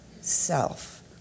self